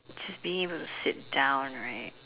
just being to sit down right